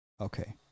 Okay